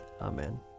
Amen